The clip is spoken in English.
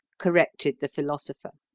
corrected the philosopher.